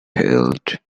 held